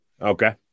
Okay